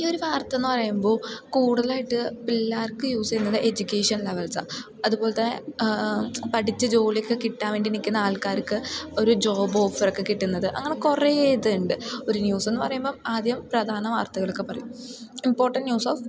ഈ ഒരു വാർത്തയെന്നു പറയുമ്പോൾ കൂടുതലായിട്ട് പിള്ളേർക്ക് യൂസ് ചെയ്യുന്നത് എഡ്യൂക്കേഷൻ ലെവൽസാണ് അതുപോലത്തെ പഠിച്ച് ജോലിയൊക്കെ കിട്ടാൻ വേണ്ടി നിൽക്കുന്ന ആൾക്കാർക്ക് ഒരു ജോബ് ഓഫറൊക്കെ കിട്ടുന്നത് അങ്ങനെ കുറേ ഇതുണ്ട് ഒരു ന്യൂസെന്നു പറയുമ്പം ആദ്യം പ്രധാന വാർത്തകളൊക്കെ പറയും ഇമ്പോർട്ടൻറ്റ് ന്യൂസ് ഓഫ്